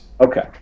Okay